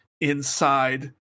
inside